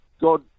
God